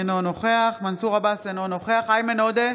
אינו נוכח מנסור עבאס, אינו נוכח איימן עודה,